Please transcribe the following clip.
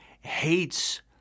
hates